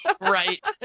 Right